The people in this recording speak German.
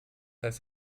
heißt